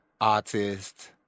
artist